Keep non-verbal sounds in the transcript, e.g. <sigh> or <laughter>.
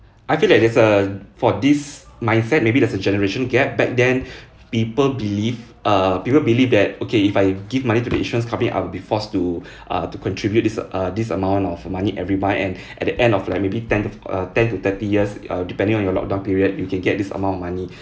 I feel like there's uh for this mindset maybe there's a generation gap back then <breath> people believe uh people believe that okay if I give money to the insurance company I'll be forced to <breath> uh to contribute this uh this amount of money every month and <breath> at the end of like maybe ten uh ten to thirty years uh depending on your lock down period you can get this amount of money <breath>